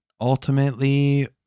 ultimately